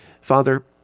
Father